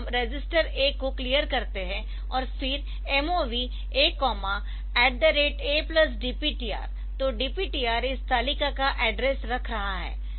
अब हम register A को क्लियर करते है और फिर MOV A A DPTR तो DPTR इस तालिका का एड्रेस रख रहा है